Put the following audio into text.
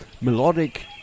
melodic